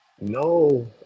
No